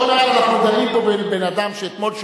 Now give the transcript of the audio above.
עוד מעט אנחנו דנים פה בבן-אדם שאתמול,